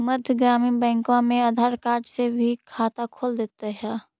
मध्य ग्रामीण बैंकवा मे आधार कार्ड से भी खतवा खोल दे है?